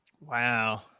Wow